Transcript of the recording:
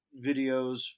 videos